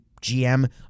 GM